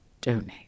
donate